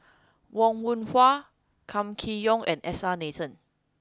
Wong Yoon Wah Kam Kee Yong and S R Nathan